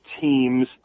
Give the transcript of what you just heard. teams